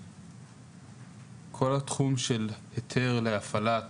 כל התחום של היתר להפעלת